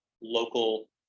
local